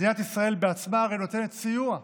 מדינת ישראל בעצמה הרי נותנת סיוע לזוגות,